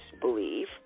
believe